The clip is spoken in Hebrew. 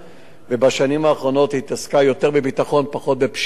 ובשנים האחרונות היא התעסקה יותר בביטחון ופחות בפשיעה.